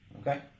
Okay